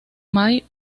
may